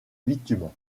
bitume